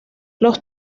los